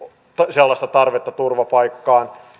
sellaista tarvetta turvapaikkaan